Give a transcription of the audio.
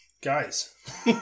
Guys